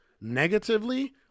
negatively